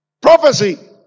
prophecy